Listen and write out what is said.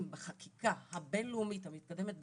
בחקיקה הבין-לאומית המתקדמת ביותר,